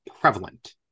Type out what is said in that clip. prevalent